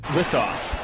Liftoff